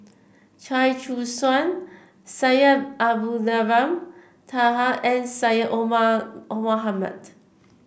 Chia Choo Suan Syed Abdulrahman Taha and Syed Omar Mohamed